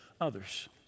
others